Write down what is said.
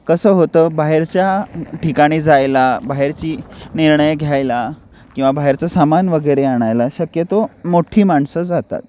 कसं होतं बाहेरच्या ठिकाणी जायला बाहेरची निर्णय घ्यायला किंवा बाहेरचं सामान वगैरे आणायला शक्यतो मोठी माणसं जातात